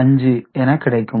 5 என கிடைக்கும்